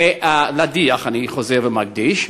להדיח, אני חוזר ומדגיש.